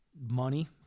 money